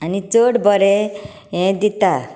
आनी चड बरें हें दिता